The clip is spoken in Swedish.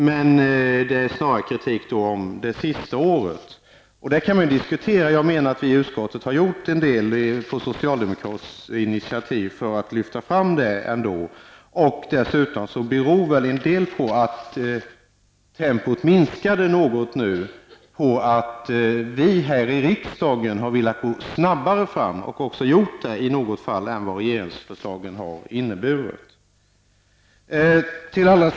Det gäller snarare kritiken om det sista året, och där kan man ju diskutera. Jag menar att vi ändå har gjort en del i utskottet på socialdemokratiskt initiativ för att lyfta fram detta. En del beror väl dessutom på att tempot minskade något och på att vi här i riksdagen har velat gå snabbare fram -- och även gjort det i något fall -- än vad regeringsförslagen har inneburit.